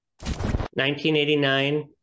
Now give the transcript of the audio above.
1989